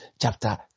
chapter